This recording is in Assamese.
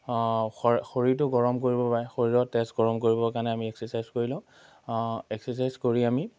শ শৰীৰটো গৰম কৰিব বাবে শৰীৰৰ তেজ গৰম কৰিবৰ কাৰণে আমি এক্সাৰচাইজ কৰি লওঁ এক্সাৰচাইজ কৰি আমি